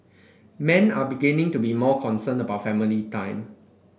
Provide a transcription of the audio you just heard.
men are beginning to be more concerned about family time